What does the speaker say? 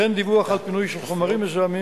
בעד, 21,